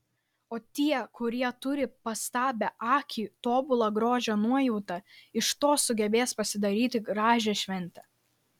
o tie kurie turi pastabią akį tobulą grožio nuojautą iš to sugebės pasidaryti gražią šventę